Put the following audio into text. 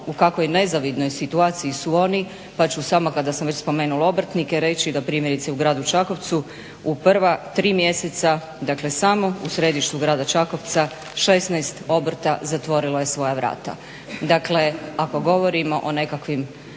u kakvoj nezavidnoj situaciji su oni pa ću samo kada sam već spomenula obrtnike reći da primjerice u gradu Čakovcu u prva tri mjeseca, dakle samo u središtu grada Čakovca 16 obrta zatvorilo je svoja vrata. Dakle, ako govorimo o nekakvim